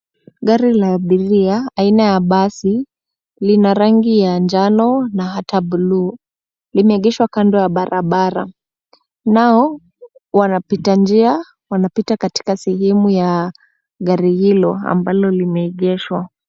Gari la abiria aina ya basi lina rangi ya njano na hata bluu. Limeegeshwa kando ya barabara. Kunao wanapita njia, wanapita katika sehemu ya gari hilo ambalo limeegeshwa.